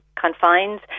confines